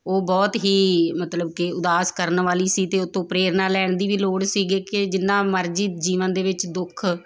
ਉਹ ਬਹੁਤ ਹੀ ਮਤਲਬ ਕਿ ਉਦਾਸ ਕਰਨ ਵਾਲੀ ਸੀ ਅਤੇ ਉਹ ਤੋਂ ਪ੍ਰੇਰਨਾ ਲੈਣ ਦੀ ਵੀ ਲੋੜ ਸੀਗੀ ਕਿ ਜਿੰਨਾ ਮਰਜ਼ੀ ਜੀਵਨ ਦੇ ਵਿੱਚ ਦੁੱਖ